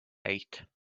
eight